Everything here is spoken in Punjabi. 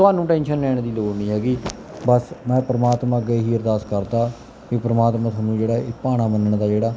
ਤੁਹਾਨੂੰ ਟੈਂਸ਼ਨ ਲੈਣ ਦੀ ਲੋੜ ਨਹੀਂ ਹੈਗੀ ਬਸ ਮੈਂ ਪਰਮਾਤਮਾ ਅੱਗੇ ਇਹ ਹੀ ਅਰਦਾਸ ਕਰਦਾ ਕਿ ਪਰਮਾਤਮਾ ਤੁਹਾਨੂੰ ਜਿਹੜਾ ਇਹ ਭਾਣਾ ਮੰਨਣ ਦਾ ਜਿਹੜਾ